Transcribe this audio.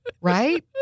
right